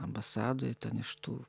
ambasadoj ten iš tų